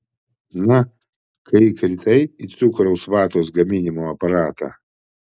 na kai įkritai į cukraus vatos gaminimo aparatą